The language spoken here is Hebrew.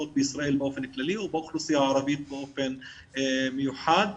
באופן כללי ובאוכלוסייה הערבית באופן מיוחד.